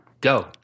go